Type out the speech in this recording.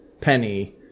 Penny